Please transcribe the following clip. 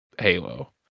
Halo